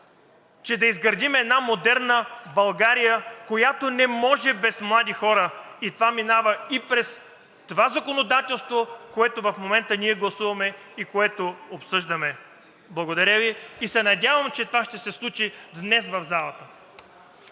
че да изградим една модерна България, която не може без млади хора. Това минава и през това законодателство, което в момента ние гласуваме и което обсъждаме. Благодаря Ви. И се надявам, че това ще се случи днес в залата.